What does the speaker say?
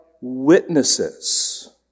witnesses